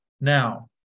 Now